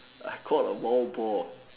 I caught a wild boar